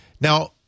Now